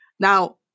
Now